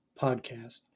Podcast